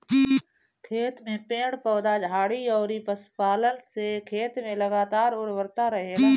खेत में पेड़ पौधा, झाड़ी अउरी पशुपालन से खेत में लगातार उर्वरता रहेला